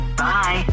bye